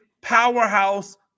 powerhouse